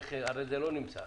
הרי זה לא נמצא